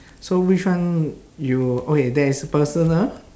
so which one you okay there is personal